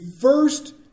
first